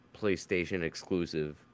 PlayStation-exclusive